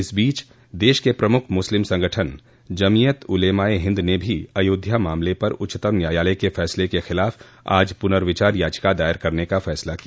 इस बीच देश के प्रमुख मुस्लिम संगठन जमीयत उलेमा ए हिन्द ने भी अयोध्या मामले पर उच्चतम न्यायालय के फैसले के खिलाफ आज पुनर्विचार याचिका दायर करने का फैसला किया